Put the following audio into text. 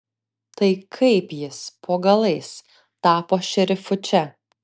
tai kaip jis po galais tapo šerifu čia